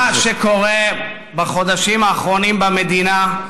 מה שקורה בחודשים האחרונים במדינה,